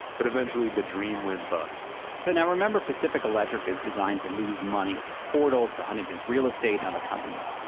but eventually, the dream went bust so, now remember, pacific electric is designed to lose money. it's a portal to huntington's real estate and other companies.